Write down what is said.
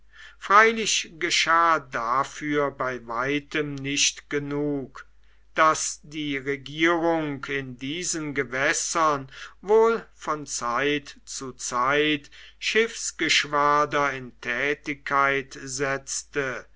freilich geschah dafür bei weitem nicht genug daß die regierung in diesen gewässern wohl von zeit zu zeit schiffsgeschwader in tätigkeit setzte